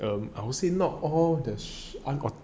err I would say not all the